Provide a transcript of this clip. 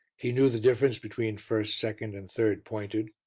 he knew the difference between first, second, and third pointed,